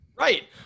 Right